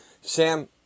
Sam